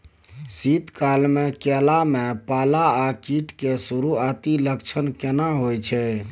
शीत काल में केला में पाला आ कीट के सुरूआती लक्षण केना हौय छै?